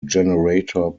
generator